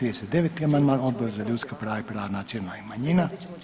39. amandman Odbora za ljudska prava i prava nacionalnih manjina.